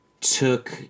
took